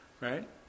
Right